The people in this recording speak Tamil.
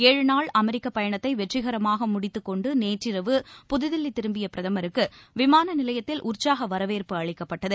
ஏழுநாள் அமெரிக்கப் பயணத்தை வெற்றிகரமாக முடித்துக் கொண்டு நேற்றிரவு புதுதில்லி திரும்பிய பிரதமருக்கு விமான நிலையத்தில் உற்சாக வரவேற்பு அளிக்கப்பட்டது